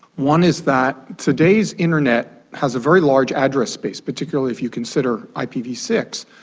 one is that today's internet has a very large address space, particularly if you consider i p v six.